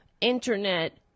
Internet